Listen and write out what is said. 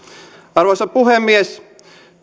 arvoisa puhemies